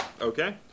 Okay